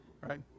Right